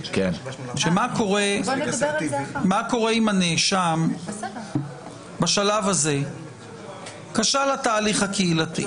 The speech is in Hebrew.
שמה קורה אם בשלב הזה כשל התהליך הקהילתי,